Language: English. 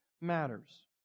matters